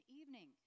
evening